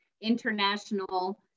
international